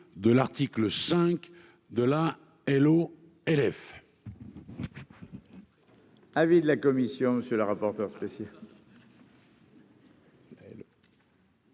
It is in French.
de l'article 5 de la loi